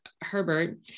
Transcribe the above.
Herbert